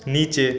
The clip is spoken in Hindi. नीचे